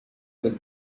with